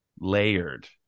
layered